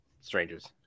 Strangers